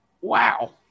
Wow